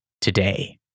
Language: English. today